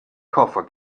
koffer